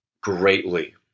greatly